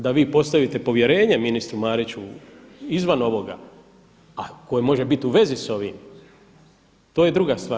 Da vi postavite povjerenje ministru Mariću izvan ovoga a koje može biti u vezi s ovim, to je druga stvar.